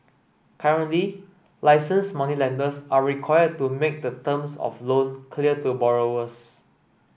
currently license moneylenders are required to make the terms of loan clear to borrowers